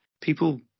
people